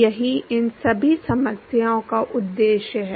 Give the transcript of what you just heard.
यही इन सभी समस्याओं का उद्देश्य है